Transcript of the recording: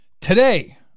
Today